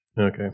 Okay